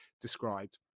described